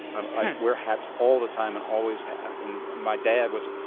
i wear hats all the time and always have. and my dad was,